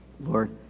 Lord